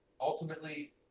ultimately